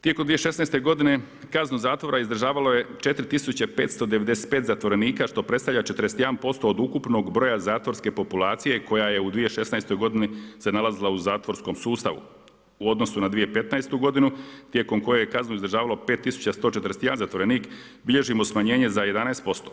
Tijekom 2016. godine kaznu zatvora izdržavalo je 4595 zatvorenika što predstavlja 41% od ukupnog broja zatvorske populacije koja je u 2016. godini se nalazila u zatvorskom sustavu u odnosu na 2015. godinu tijekom koje je kaznu izdržavalo 5141 zatvorenik bilježimo smanjenje za 11%